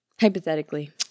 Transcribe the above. Hypothetically